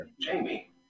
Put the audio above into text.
Jamie